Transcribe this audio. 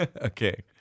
Okay